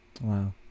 Wow